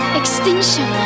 extinction